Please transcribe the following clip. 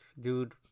dude